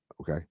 okay